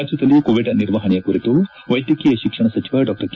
ರಾಜ್ಯದಲ್ಲಿ ಕೋವಿಡ್ ನಿರ್ವಹಣೆಯ ಕುರಿತು ವೈದ್ಯಕೀಯ ಶಿಕ್ಷಣ ಸಚಿವ ಡಾ ಕೆ